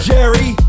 Jerry